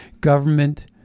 government